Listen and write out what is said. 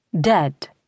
Dead